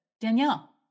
Danielle